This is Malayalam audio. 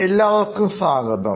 എല്ലാവർക്കും സ്വാഗതം